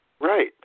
right